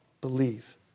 believe